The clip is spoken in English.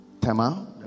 Tema